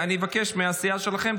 אני אבקש מהסיעה שלכם,